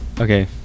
Okay